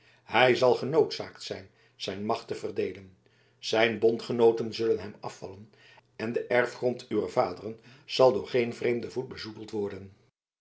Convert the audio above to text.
hij zal genoodzaakt zijn zijn macht te verdeelen zijn bondgenooten zullen hem afvallen en de erfgrond uwer vaderen zal door geen vreemden voet bezoedeld worden